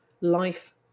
life